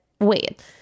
wait